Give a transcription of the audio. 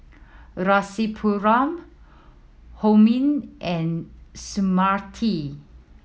Rasipuram Homi and Smriti